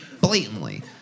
blatantly